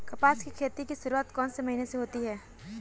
कपास की खेती की शुरुआत कौन से महीने से होती है?